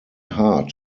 heart